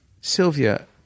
Sylvia